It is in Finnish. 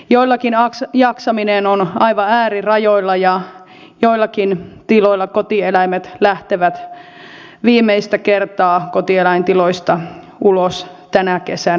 joillakin jaksaminen on aivan äärirajoilla ja joillakin tiloilla kotieläimet lähtevät viimeistä kertaa kotieläintiloista ulos tänä kesänä